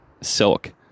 silk